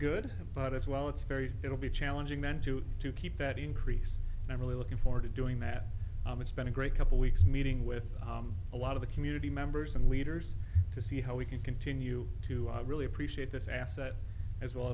good but as well it's very it will be challenging meant to to keep that increase and i'm really looking forward to doing that it's been a great couple weeks meeting with a lot of the community members and leaders to see how we can continue to really appreciate this asset as well